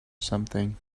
something